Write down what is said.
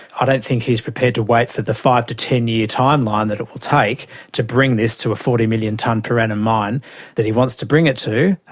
i don't think he's prepared to wait for the five to ten year time line that it will take to bring this to a forty million tonne per annum mine that he wants to bring it to.